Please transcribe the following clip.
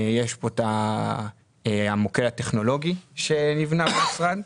יש פה את המוקד הטכנולוגי שנבנה במשרד.